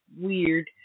weird